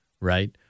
right